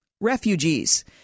refugees